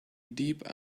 deep